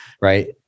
right